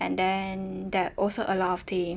and then there're also a lot of team